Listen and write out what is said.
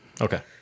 Okay